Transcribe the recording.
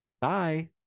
Bye